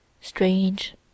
strange